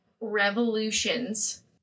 revolutions